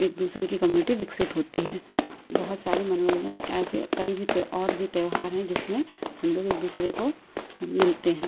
एक दूसरे की कम्युनिटी विकसित होती हैं बहुत सारे मनोरंजन ऐसे कई भी त्यों और भी त्योहार हैं जिसमें हम लोग एक दूसरे को मिलते हैं